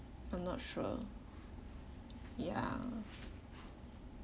I'm not sure ya